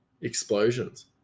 explosions